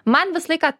man visą laiką